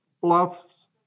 Bluffs